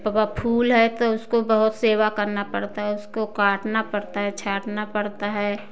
पका फूल है तो उसको बहुत सेवा करना पड़ता है उसको काटना पड़ता है छाँटना पड़ता है